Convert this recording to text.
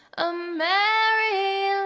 a merry